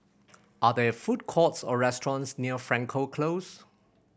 are there food courts or restaurants near Frankel Close